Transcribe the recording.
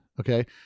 Okay